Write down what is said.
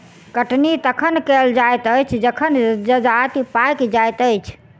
कटनी तखन कयल जाइत अछि जखन जजति पाकि जाइत अछि